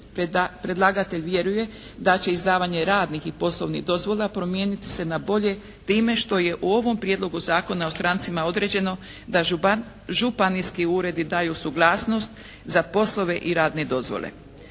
Predlagatelj vjeruje da će izdavanje radnih i poslovnih dozvola promijeniti se na bolje time što je u ovom Prijedlogu zakona o strancima određeno da županijski uredi daju suglasnost za poslove i radne dozvole.